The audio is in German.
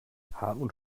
hartmut